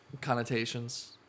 connotations